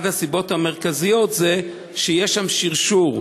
התשע"ו 2016,